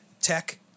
tech